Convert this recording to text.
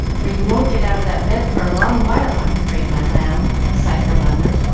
for you won't get out of that bed for a long while, i'm afraid, my lamb, sighed her mother,